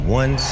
one